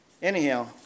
Anyhow